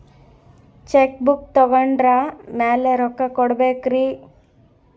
Check book ತೊಗೊಂಡ್ರ ಮ್ಯಾಲೆ ರೊಕ್ಕ ಕೊಡಬೇಕರಿ?